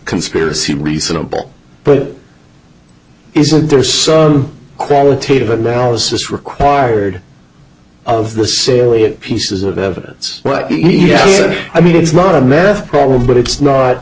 conspiracy reasonable price isn't there some qualitative analysis required of the salient pieces of evidence what i mean it's not a meth problem but it's not